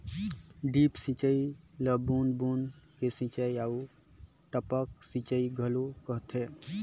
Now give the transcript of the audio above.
drip सिंचई ल बूंद बूंद के सिंचई आऊ टपक सिंचई घलो कहथे